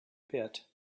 pit